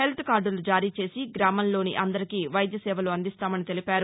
health కార్డులు జారీ చేసి గ్రామంలోని అందరికీ వైద్య సేవలు అందిస్తామని తెలిపారు